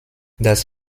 das